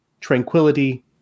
tranquility